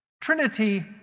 Trinity